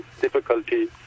difficulty